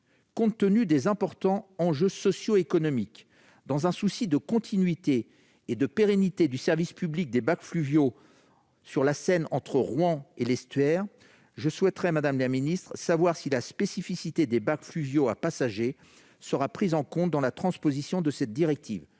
Compte tenu des importants enjeux sociaux et économiques, et dans un souci de continuité et de pérennité du service public des bacs fluviaux sur la Seine entre Rouen et l'estuaire, je souhaiterais savoir si la spécificité des bacs fluviaux à passager sera prise en compte dans la transposition de la directive.